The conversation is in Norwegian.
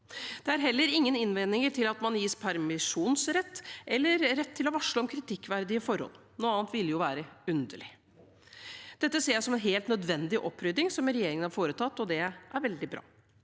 Det er heller ingen innvendinger mot at man gis rett til permisjon eller rett til å varsle om kritikkverdige forhold – noe annet ville jo være underlig. Dette ser jeg som en helt nødvendig opprydding regjeringen har foretatt, og det er veldig bra.